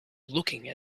looking